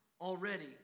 already